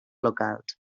locals